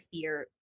fear